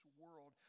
world